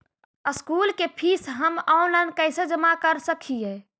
School के fees हम online कैसे जमा कर सक हिय?